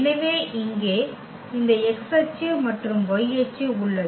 எனவே இங்கே இந்த x அச்சு மற்றும் y அச்சு உள்ளது